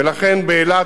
ולכן באילת,